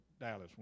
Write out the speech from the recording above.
Dallas